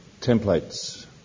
templates